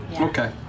Okay